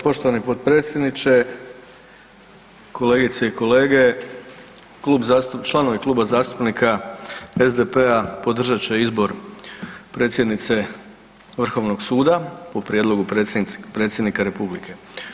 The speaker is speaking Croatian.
Poštovani potpredsjedniče, kolegice i kolege članovi Kluba zastupnika SDP-a podržat će izbor predsjednice Vrhovnog suda po prijedlogu Predsjednika Republike.